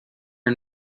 are